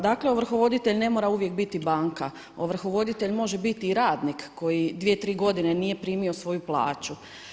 Dakle, ovrhovoditelj ne mora uvijek biti banka, ovrhovoditelj može biti i radnik koji 2, 3 godine nije primio svoju plaću.